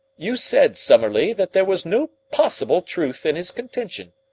you said, summerlee, that there was no possible truth in his contention.